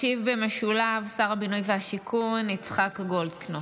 ישיב במשולב שר הבינוי והשיכון יצחק גולדקנופ.